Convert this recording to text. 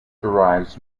derives